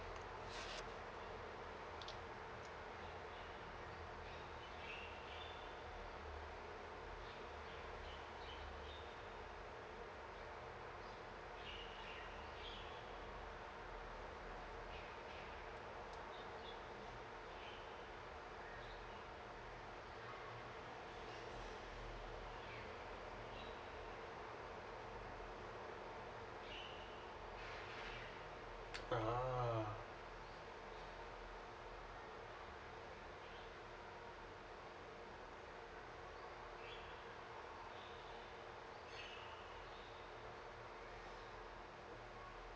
a'ah